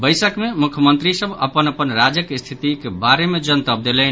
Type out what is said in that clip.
बैसक मे मुख्यमंत्री सभ अपन अपन राज्यक स्थितिक बारे मे जनतब देलनि